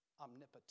omnipotent